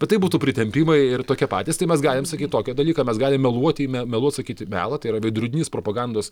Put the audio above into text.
bet tai būtų pritempimai ir tokie patys tai mes galim sakyt tokį dalyką mes galim meluoti me meluot sakyti melą tai yra veidrodinis propagandos